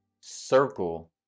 circle